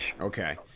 Okay